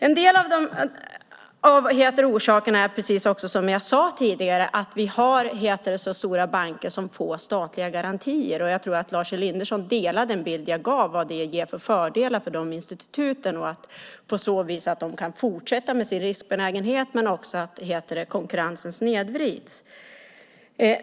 En av orsakerna är, precis som jag sade tidigare, att vi har så stora banker som får statliga garantier. Jag tror att Lars Elinderson delar den bild jag gav av vad det ger för fördelar för de instituten och att de på så vis kan fortsätta med sin riskbenägenhet men också att konkurrensen snedvrids.